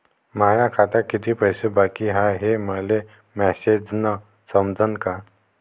माया खात्यात कितीक पैसे बाकी हाय हे मले मॅसेजन समजनं का?